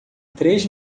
três